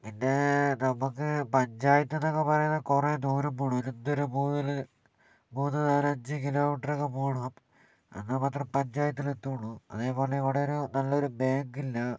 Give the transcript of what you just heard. പിന്നെ നമുക്ക് പഞ്ചായത്ത് എന്നൊക്കെ പറയുന്നത് കുറേ ദൂരം പോകണം കൂടുതൽ മൂന്ന് നാലഞ്ച് കിലോമീറ്ററൊക്കെ പോകണം എന്നാൽ മാത്രം പഞ്ചായത്തിൽ എത്തുള്ളൂ അതേപോലെ ഇവിടൊരു നല്ലൊരു ബാങ്കില്ല